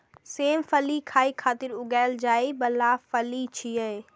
सेम फली खाय खातिर उगाएल जाइ बला फली छियै